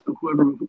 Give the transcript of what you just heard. Whoever